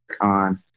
on